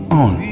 on